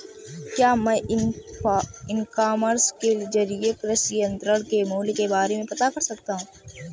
क्या मैं e commerce के ज़रिए कृषि यंत्र के मूल्य के बारे में पता कर सकता हूँ?